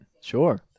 Sure